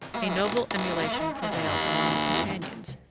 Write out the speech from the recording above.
a noble emulation prevailed among the companions,